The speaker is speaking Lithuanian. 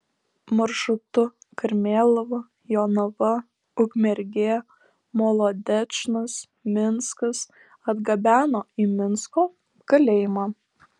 maršrutu karmėlava jonava ukmergė molodečnas minskas atgabeno į minsko kalėjimą